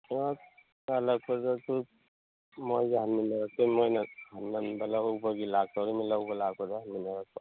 ꯍꯜꯂꯛꯄꯗꯁꯨ ꯃꯣꯏꯒ ꯍꯟꯃꯤꯟꯅꯔꯛꯇꯣꯏꯅꯤ ꯃꯣꯏꯅ ꯉꯟꯕ ꯂꯧꯕꯒꯤ ꯂꯥꯛꯇꯣꯔꯤꯃꯤ ꯂꯧꯕ ꯂꯥꯛꯄꯗ ꯍꯟꯃꯤꯟꯅꯔꯛꯄ